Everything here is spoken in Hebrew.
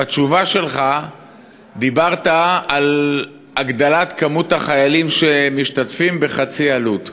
בתשובה שלך דיברת על הגדלת מספר החיילים שמשתתפים בחצי עלות.